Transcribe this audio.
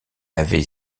avait